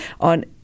on